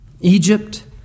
Egypt